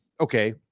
okay